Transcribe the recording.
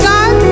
God